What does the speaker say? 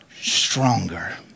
stronger